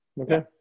okay